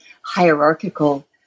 hierarchical